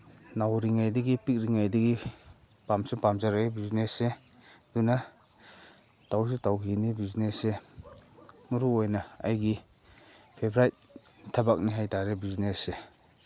ꯅꯧꯔꯤꯉꯩꯗꯒꯤ ꯄꯤꯛꯂꯤꯉꯩꯗꯒꯤ ꯄꯥꯝꯁꯨ ꯄꯥꯝꯖꯔꯛꯑꯦ ꯕꯤꯖꯤꯅꯦꯁꯁꯦ ꯑꯗꯨꯅ ꯇꯧꯁꯨ ꯇꯧꯈꯤꯅꯤ ꯕꯤꯖꯤꯅꯦꯁꯁꯦ ꯃꯔꯨ ꯑꯣꯏꯅ ꯑꯩꯒꯤ ꯐꯦꯕꯔꯥꯏꯠ ꯊꯕꯛꯅꯤ ꯍꯥꯏ ꯇꯥꯔꯦ ꯕꯤꯖꯤꯅꯦꯁꯁꯦ